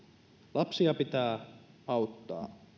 lapsia pitää auttaa